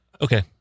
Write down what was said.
Okay